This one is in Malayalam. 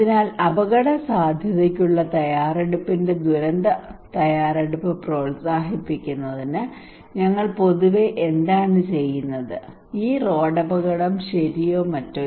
അതിനാൽ അപകടസാധ്യതയ്ക്കുള്ള തയ്യാറെടുപ്പിന്റെ ദുരന്ത തയ്യാറെടുപ്പ് പ്രോത്സാഹിപ്പിക്കുന്നതിന് ഞങ്ങൾ പൊതുവെ എന്താണ് ചെയ്യുന്നത് ഈ റോഡ് അപകടം ശരിയോ മറ്റോ